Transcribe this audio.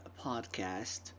podcast